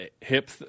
hip